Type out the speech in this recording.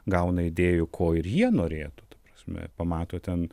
gauna idėjų ko ir jie norėtų ta prasme pamato ten